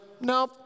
no